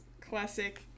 Classic